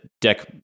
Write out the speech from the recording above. deck